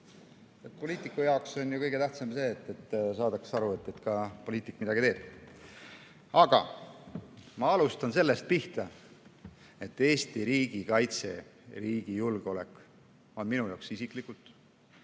Poliitiku jaoks on kõige tähtsam see, et saadakse aru, et poliitik midagi ka teeb. Aga ma alustan sellest, et Eesti riigi kaitse, riigi julgeolek on minu jaoks isiklikult,